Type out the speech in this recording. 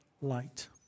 light